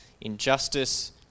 Injustice